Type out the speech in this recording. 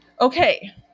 Okay